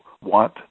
want